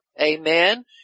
amen